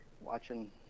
watching